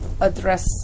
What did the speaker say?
address